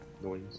noise